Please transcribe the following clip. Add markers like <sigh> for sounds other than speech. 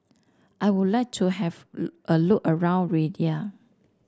I would like to have <unintelligible> a look around Riyadh